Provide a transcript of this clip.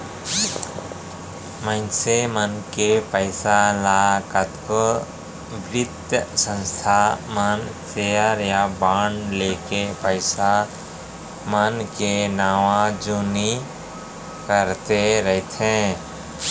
मनसे मन के पइसा ल कतको बित्तीय संस्था मन सेयर या बांड लेके पइसा मन के नवा जुन्नी करते रइथे